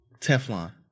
Teflon